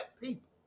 people